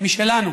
משלנו.